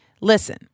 Listen